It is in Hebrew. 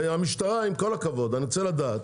המשטרה, אני רוצה לדעת